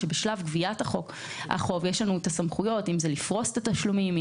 בשלב גביית החוב יש לנו סמכויות לפרוס תשלומים,